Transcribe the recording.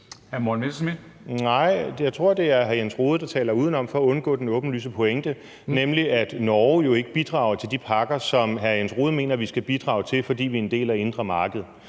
jeg tror, det er hr. Jens Rohde, der taler udenom for at undgå den åbenlyse pointe, nemlig at Norge jo ikke bidrager til de pakker, som hr. Jens Rohde mener vi skal bidrage til, fordi vi er en del af det indre marked.